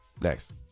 Next